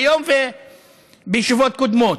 היום ובישיבות קודמות.